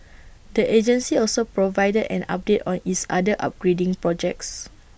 the agency also provided an update on its other upgrading projects